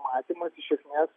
matymas iš esmės